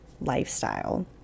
lifestyle